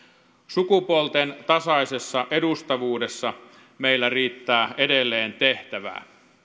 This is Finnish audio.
sukupuolten tasaisessa edustavuudessa meillä riittää edelleen tehtävää